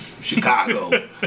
Chicago